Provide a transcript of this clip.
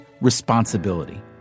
responsibility